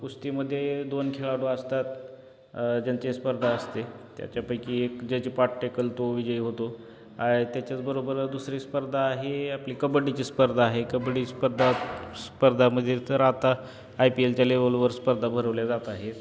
कुस्तीमध्ये दोन खेळाडू असतात त्यांचे स्पर्धा असते त्याच्यापैकी एक ज्याचे पाठ टेकेल तो विजय होतो आ त्याच्याचबरोबर दुसरी स्पर्धा आहे आपली कबड्डीची स्पर्धा आहे कबड्डी स्पर्धा स्पर्धामध्ये तर आता आय पी एलच्या लेवलवर स्पर्धा भरवल्या जात आहेत